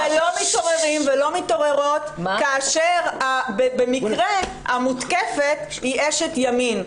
מתעוררים ולא מתעוררות כאשר במקרה המותקפת היא אשת ימין.